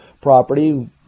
property